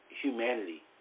humanity